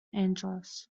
angeles